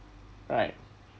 right